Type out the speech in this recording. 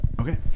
Okay